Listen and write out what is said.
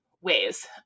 ways